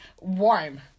warm